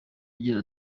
agira